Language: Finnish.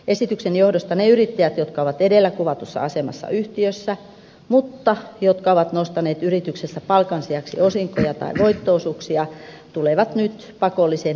esityksen johdosta ne yrittäjät jotka ovat edellä kuvatussa asemassa yhtiössä mutta jotka ovat nostaneet yrityksestä palkan sijasta osinkoja tai voitto osuuksia tulevat nyt pakollisen eläkevakuuttamisen piiriin